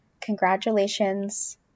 Congratulations